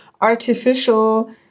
artificial